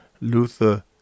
luther